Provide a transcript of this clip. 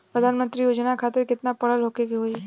प्रधानमंत्री योजना खातिर केतना पढ़ल होखे के होई?